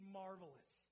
marvelous